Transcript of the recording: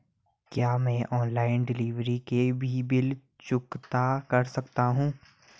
क्या मैं online delivery के भी बिल चुकता कर सकता हूँ?